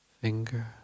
finger